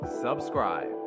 subscribe